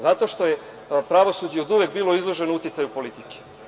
Zato što je pravosuđe oduvek bilo izloženo uticaju politike.